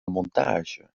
montage